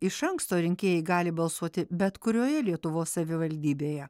iš anksto rinkėjai gali balsuoti bet kurioje lietuvos savivaldybėje